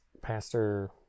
Pastor